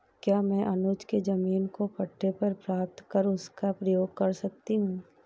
क्या मैं अनुज के जमीन को पट्टे पर प्राप्त कर उसका प्रयोग कर सकती हूं?